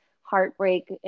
heartbreak